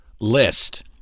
list